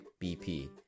BP